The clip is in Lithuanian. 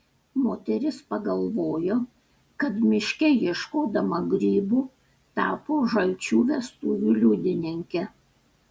moteris pagalvojo kad miške ieškodama grybų tapo žalčių vestuvių liudininke